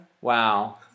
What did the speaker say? Wow